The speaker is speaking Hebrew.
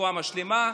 ברפואה משלימה.